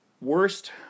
Worst